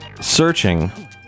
Searching